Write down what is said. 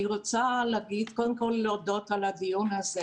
אני רוצה קודם כול להודות על הדיון הזה,